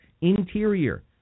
interior